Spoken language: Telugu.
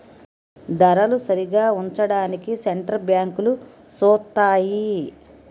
ధరలు సరిగా ఉంచడానికి సెంటర్ బ్యాంకులు సూత్తాయి